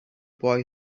boy